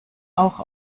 auch